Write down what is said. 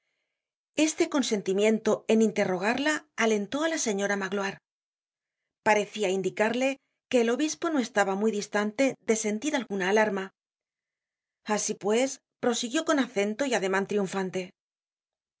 este consentimiento en interrogarla alentó á la señora magloire parecia indicarle que el obispo no estaba muy distante de sentir alguna alarma asi pues prosiguió con acento y ademan triunfante sí